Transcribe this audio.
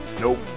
Nope